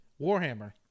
Warhammer